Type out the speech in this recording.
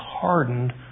hardened